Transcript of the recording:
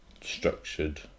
structured